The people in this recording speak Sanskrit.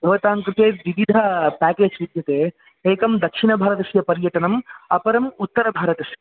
भवतां कृते विविध पेकेज् विद्यते एकं दक्षिणभारतस्य पर्यटनम् अपरम् उत्तरभारतस्य